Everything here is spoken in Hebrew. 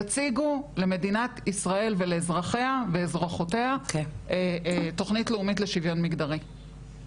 יציגו למדינת ישראל ולאזרחיה ואזרחיותיה תכנית לאומית לשוויון מגדרי.